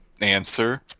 answer